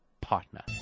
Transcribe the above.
partner